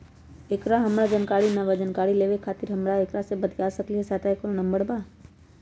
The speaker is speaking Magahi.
एकर हमरा जानकारी न बा जानकारी लेवे के खातिर हम केकरा से बातिया सकली ह सहायता के कोनो नंबर बा?